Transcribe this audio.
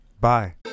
Bye